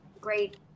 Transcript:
great